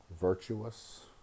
virtuous